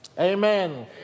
Amen